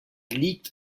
liegt